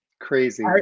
Crazy